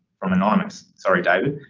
from anonymous, sorry david.